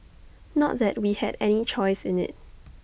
not that we had any choice in IT